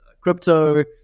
crypto